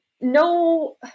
no